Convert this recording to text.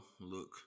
look